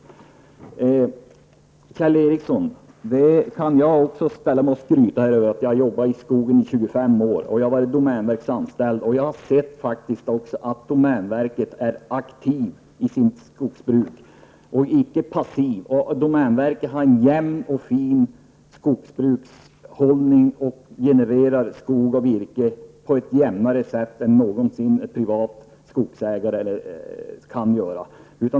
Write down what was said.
Till Kjell Ericsson: Jag kan också skryta med att jag har jobbat i skogen i 25 år. Jag har varit anställd i domänverket. Jag har faktiskt sett att domänverket är aktivt i sitt skogsbruk, inte passivt. Domänverket har en jämn och fin skogskvalitet och genererar skog och virke på ett jämnare sätt än någonsin en privat skogsägare kan göra.